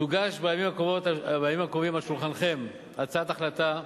תונח בימים הקרובים על שולחנכם הצעת החלטה,